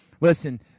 listen